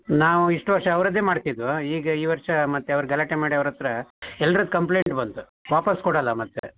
ನಾವು ಇಷ್ಟು ವರ್ಷ ಅವರದ್ದೇ ಮಾಡ್ತಿದ್ದವು ಈಗ ಈ ವರ್ಷ ಮತ್ತೆ ಅವರು ಗಲಾಟೆ ಮಾಡಿ ಅವ್ರ ಹತ್ರ ಎಲ್ರದ್ದು ಕಂಪ್ಲೇಂಟ್ ಬಂತು ವಾಪಾಸ್ಸು ಕೊಡಲ್ಲ ಮತ್ತೆ